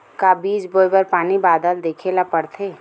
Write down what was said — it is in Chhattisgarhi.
का बीज बोय बर पानी बादल देखेला पड़थे?